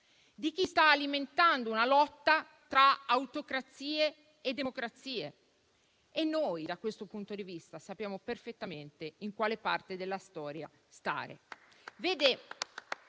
di chi sta alimentando una lotta tra autocrazie e democrazie e noi da questo punto di vista sappiamo perfettamente da quale parte della storia stare.